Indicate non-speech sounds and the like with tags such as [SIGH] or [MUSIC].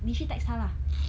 你去 text 他啦 [BREATH]